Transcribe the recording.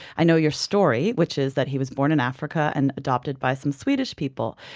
i know your story. which is that he was born in africa and adopted by some swedish people.